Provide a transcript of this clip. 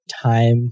time